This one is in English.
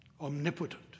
omnipotent